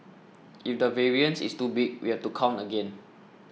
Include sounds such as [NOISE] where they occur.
[NOISE] if the variance is too big we have to count again